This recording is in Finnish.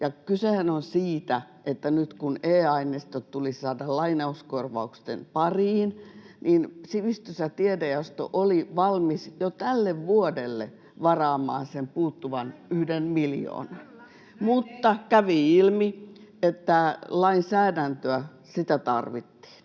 Kysehän on siitä, että nyt kun e-aineisto tulisi saada lainauskorvausten pariin, niin sivistys- ja tiedejaosto oli valmis jo tälle vuodelle varaamaan sen puuttuvan yhden miljoonan. [Pia Lohikoski: Näin on, kyllä!] Mutta kävi ilmi, että lainsäädäntöä tarvittiin.